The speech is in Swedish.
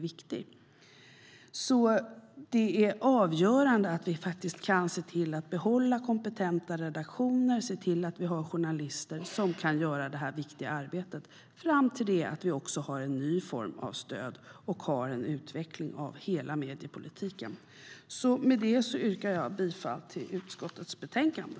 Det är avgörande att vi kan behålla kompetenta redaktioner och att det finns journalister som kan göra det viktiga arbetet fram till dess att det finns en ny form av stöd och det sker en utveckling av hela mediepolitiken. Jag yrkar bifall till förslaget i utskottets betänkande.